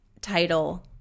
title